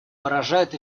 поражает